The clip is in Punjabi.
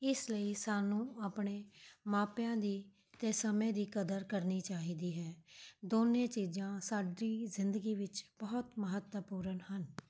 ਇਸ ਲਈ ਸਾਨੂੰ ਆਪਣੇ ਮਾਪਿਆਂ ਦੀ ਅਤੇ ਸਮੇਂ ਦੀ ਕਦਰ ਕਰਨੀ ਚਾਹੀਦੀ ਹੈ ਦੋਨੇ ਚੀਜ਼ਾਂ ਸਾਡੀ ਜ਼ਿੰਦਗੀ ਵਿੱਚ ਬਹੁਤ ਮਹੱਤਵਪੂਰਨ ਹਨ